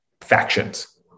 factions